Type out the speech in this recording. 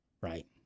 Right